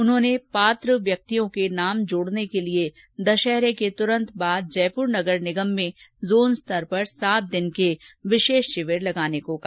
उन्होंने पात्र व्यक्तियों के नाम जोड़ने के लिए दशहरे के तुरन्त बाद जयपुर नगर निगम में जोन स्तर पर सात दिन के विशेष शिविर लगाने को भी कहा